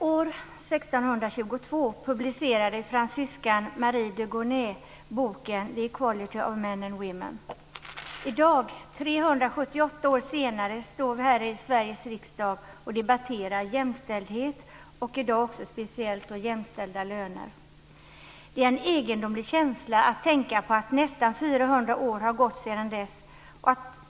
Fru talman! År 1622 publicerade fransyskan Marie de Gournay boken The Equality of Men and Women. I dag, 378 år senare, står vi här i Sveriges riksdag och debatterar jämställdhet, och i dag speciellt jämställda löner. Det är en egendomlig känsla att tänka att nästan 400 år har gått sedan dess.